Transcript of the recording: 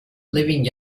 living